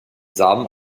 samen